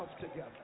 together